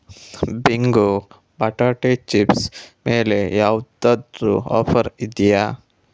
bingo ಬಟಾಟೆ chips ಮೇಲೆ ಯಾವ್ದಾದ್ರು ಆಫರ್ ಇದೆಯಾ